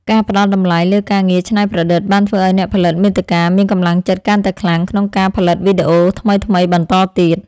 ការផ្ដល់តម្លៃលើការងារច្នៃប្រឌិតបានធ្វើឱ្យអ្នកផលិតមាតិកាមានកម្លាំងចិត្តកាន់តែខ្លាំងក្នុងការផលិតវីដេអូថ្មីៗបន្តទៀត។